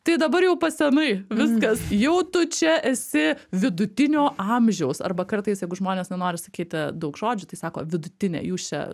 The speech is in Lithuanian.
tai dabar jau pasenai viskas jau tu čia esi vidutinio amžiaus arba kartais jeigu žmonės nenori sakyti daug žodžių tai sako vidutinė jūs čia